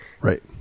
right